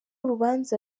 urubanza